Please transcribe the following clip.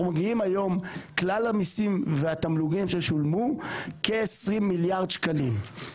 אנחנו מגיעים היום כלל המיסים והתמלוגים ששולמו כ-20 מיליארד שקלים.